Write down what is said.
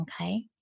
okay